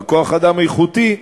וכוח-אדם איכותי,